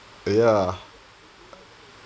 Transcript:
ya